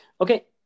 Okay